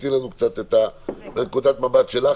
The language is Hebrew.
תני לנו קצת את נקודת המבט שלך,